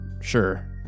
sure